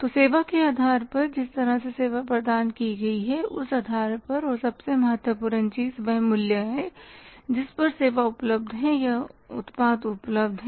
तो सेवा के आधार पर जिस तरह से सेवा प्रदान की गई है उस आधार पर और सबसे महत्वपूर्ण चीज वह मूल्य है जिस पर सेवा उपलब्ध है या उत्पाद उपलब्ध है